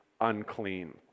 unclean